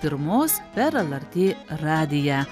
pirmos per lrt radiją